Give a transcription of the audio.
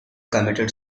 committed